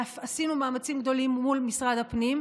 ואף עשינו מאמצים גדולים מול משרד הפנים.